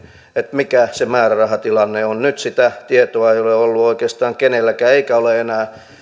mikä se määrärahatilanne on nyt sitä tietoa ei ole ollut oikeastaan kenelläkään eikä ole enää